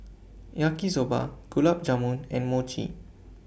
Yaki Soba Gulab Jamun and Mochi